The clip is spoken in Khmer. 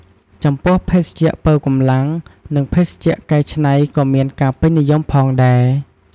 ចំពោះភេសជ្ជៈប៉ូវកម្លាំង និងភេសជ្ជៈកែច្នៃក៏មានការពេញនិយមផងដែរ។